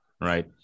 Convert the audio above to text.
Right